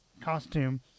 costume